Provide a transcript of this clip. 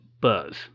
buzz